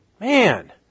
man